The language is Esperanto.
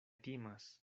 timas